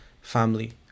family